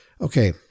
Okay